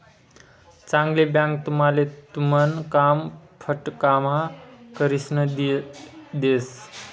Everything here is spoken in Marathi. चांगली बँक तुमले तुमन काम फटकाम्हा करिसन दी देस